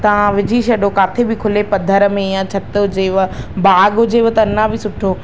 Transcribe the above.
तव्हां विझी छॾियो किथे बि खुले पदर में या छिति हुजेव बाग़ हुजे त अञा बि सुठो